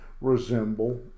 resemble